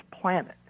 planet